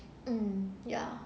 mm ya